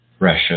Russia